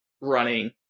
running